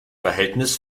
verhältnis